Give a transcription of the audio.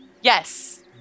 Yes